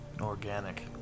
organic